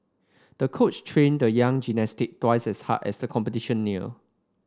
the coach trained the young gymnast twice as hard as the competition near